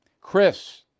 Chris